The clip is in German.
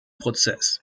prozess